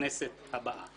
לכנסת הבאה.